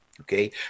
okay